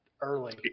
early